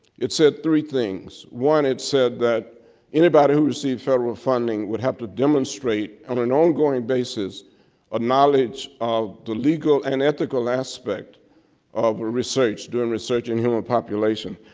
it said three things. one it said that anybody who received federal funding would have to demonstrate on an ongoing basis a knowledge of the legal and ethical aspect of a research, doing research in human population.